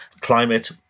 climate